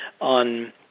on